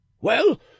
Well